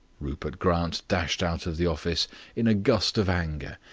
rupert grant dashed out of the office in a gust of anger,